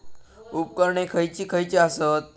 उपकरणे खैयची खैयची आसत?